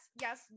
yes